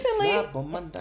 recently